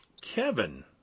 Kevin